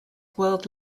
world